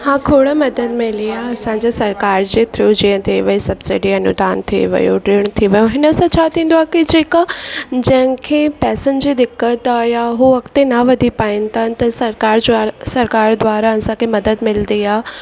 हा खोड़ मदद मिली आहे असांजो सरकार जे थ्रू जीअं थी वई सब्सिडी अनुदान थी वियो ॠण थी वियो हिन सां छा थींदो आहे की जेका जंहिंखे पैसनि जी दिक़त आहे या उहो अॻिते न वधी पाइनि था त सरकारु ज्वार सरकार द्वारा असांखे मदद मिलंदी आहे